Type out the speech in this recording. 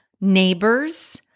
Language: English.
neighbors